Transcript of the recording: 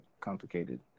complicated